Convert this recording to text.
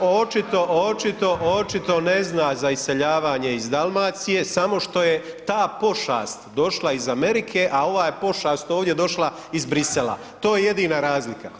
Očito, očito ne zna za iseljavanje iz Dalmacije samo što je ta pošast došla iz Amerike, a ova je pošast ovdje došla iz Bruxellesa, to je jedina razlika.